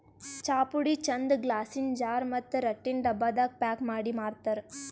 ಚಾಪುಡಿ ಚಂದ್ ಗ್ಲಾಸಿನ್ ಜಾರ್ ಮತ್ತ್ ರಟ್ಟಿನ್ ಡಬ್ಬಾದಾಗ್ ಪ್ಯಾಕ್ ಮಾಡಿ ಮಾರ್ತರ್